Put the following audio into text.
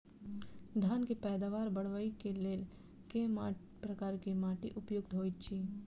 धान केँ पैदावार बढ़बई केँ लेल केँ प्रकार केँ माटि उपयुक्त होइत अछि?